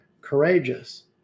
courageous